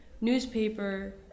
newspaper